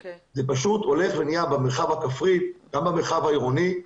זה פשוט הולך ונהיה מטרד במרחב הכפרי וגם במרחב העירוני.